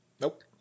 Nope